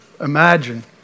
imagine